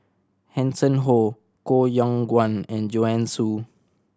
Hanson Ho Koh Yong Guan and Joanne Soo